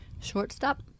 shortstop